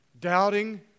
doubting